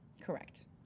correct